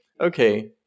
okay